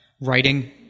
writing